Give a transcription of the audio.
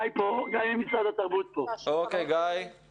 חשוב להבהיר שמוסדות התרבות הם גופים שרוב